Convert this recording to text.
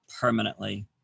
permanently